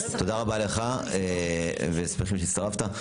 תודה רבה לך, שמחים שהצטרפת.